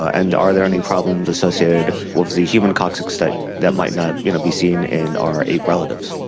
and are there any problems associated with the human coccyx that that might not you know be seen in our ape relatives?